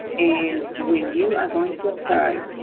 and when you are going to apply